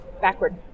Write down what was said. Backward